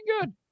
good